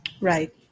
right